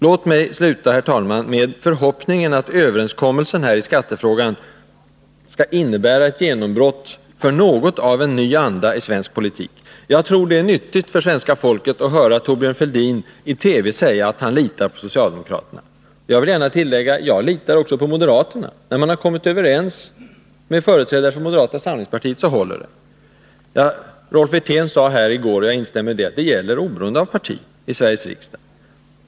Låt mig, herr talman, slutligen ge uttryck åt min förhoppning att skatteöverenskommelsen skall innebära ett genombrott för något av en ny anda i svensk politik. Jag tror det är nyttigt för svenska folket att höra Thorbjörn Fälldin i TV säga att han litar på socialdemokraterna. Jag vill gärna tillägga: Jag litar också på moderaterna. När man kommit överens med företrädare för moderata samlingspartiet, så håller det. Rolf Wirtén sade här i går — och jag instämmer i det — att detta gäller oberoende av parti i Sveriges riksdag.